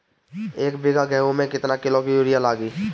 एक बीगहा गेहूं में केतना किलो युरिया लागी?